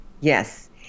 Yes